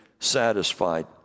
satisfied